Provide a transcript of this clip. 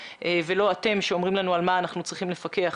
ולא אתם שאומרים לנו על מה אנחנו צריכים לפקח.